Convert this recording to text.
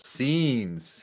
Scenes